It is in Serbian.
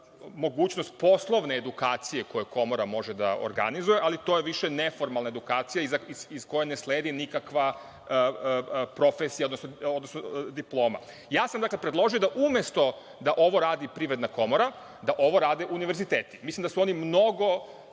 mogućnost poslovne edukacije koja komora može da organizuje, ali to je više neformalna edukacija iz koje ne sledi nikakva profesija, odnosno diploma. Predložio sam da, umesto da ovo radi Privredna komora, ovo rade univerziteti. Mislim da su oni mnogo